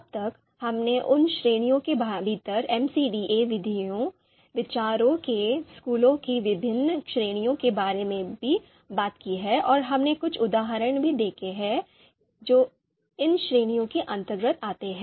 अब तक हमने उन श्रेणियों के भीतर MCDA विधियों विचारों के स्कूलों की विभिन्न श्रेणियों के बारे में बात की है और हमने कुछ उदाहरण भी देखे हैं जो इन श्रेणियों के अंतर्गत आते हैं